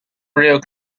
rio